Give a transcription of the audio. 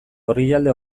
orrialde